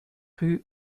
rue